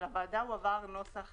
לוועדה הועבר נוסח